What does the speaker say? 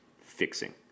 fixing